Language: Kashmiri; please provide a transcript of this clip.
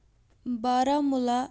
بارہمولہ